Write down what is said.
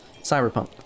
cyberpunk